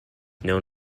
known